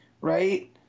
right